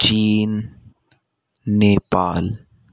China Nepal